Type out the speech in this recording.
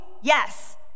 Yes